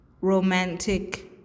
romantic